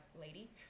Lady